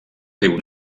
riu